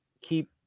keep